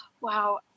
Wow